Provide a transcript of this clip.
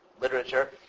literature